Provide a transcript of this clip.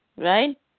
Right